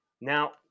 Now